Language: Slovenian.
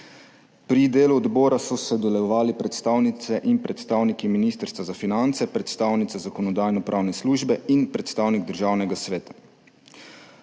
Pri delu odbora so sodelovali predstavnice in predstavniki Ministrstva za finance, predstavnica Zakonodajno-pravne službe in predstavnik Državnega sveta.